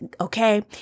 okay